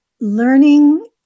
learning